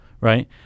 Right